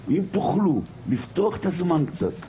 אם תוכלו לפתוח את הזמן קצת,